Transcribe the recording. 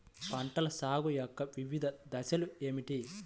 పంటల సాగు యొక్క వివిధ దశలు ఏమిటి?